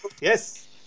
Yes